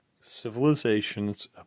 civilization's